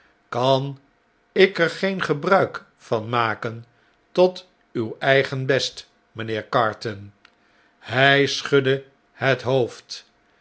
kan ik er geen gebruik van maken tot uw eigen best mijnheer carton hij schudde het hoofd